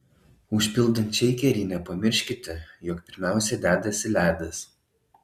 užpildant šeikerį nepamirškite jog pirmiausia dedasi ledas